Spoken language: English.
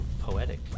poetic